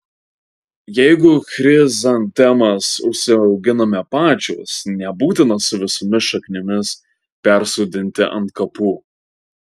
jeigu chrizantemas užsiauginame pačios nebūtina su visomis šaknimis persodinti ant kapų